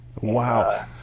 Wow